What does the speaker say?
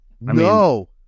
no